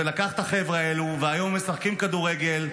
ולקח את החבר'ה האלה והיום הם משחקים כדורגל,